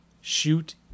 Shoot